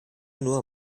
nur